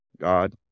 God